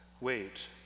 wait